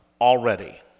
already